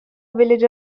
village